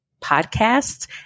Podcasts